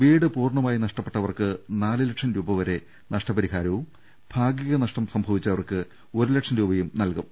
വീട് പൂർണ്ണ മായും നഷ്ടപ്പെട്ടവർക്ക് നാലുലക്ഷം രൂപവരെ നഷ്ടപരിഹാരവും ഭാഗിക നഷ്ടം സംഭവിച്ചവർക്ക് ഒരുലക്ഷം രൂപയും നൽകും